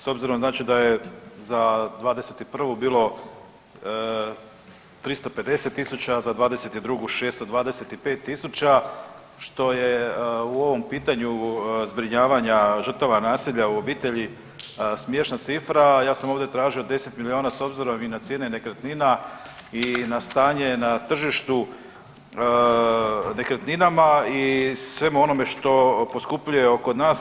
S obzirom znači da je za '21. bilo 350 tisuća, a za '22. 625 tisuća, što je u ovom pitanju zbrinjavanja žrtava nasilja u obitelji smiješna cifra, ja sam ovdje tražio 10 milijuna s obzirom i na cijene nekretnina i na stanje na tržištu nekretninama i svemu onome što poskupljuje kod nas.